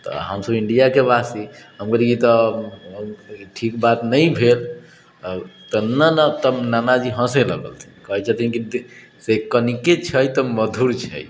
तऽ हमसब इण्डियाकेवासी तऽ हम कहलिए ई तऽ ठीक बात नहि भेल तब नानाजी हँसै लगलथिन कहै छथिन कि कनिके छै तऽ मधुर छै